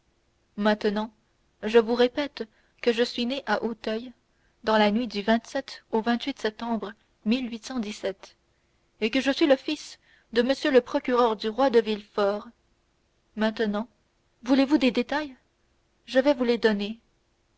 maintenant je vous répète que je suis né à auteuil dans la nuit du au septembre et que je suis le fils de m le procureur du roi de villefort maintenant voulez-vous des détails je vais vous en donner